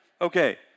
Okay